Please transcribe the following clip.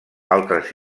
altres